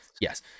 Yes